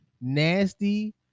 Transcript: nasty